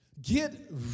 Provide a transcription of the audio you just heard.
Get